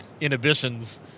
inhibitions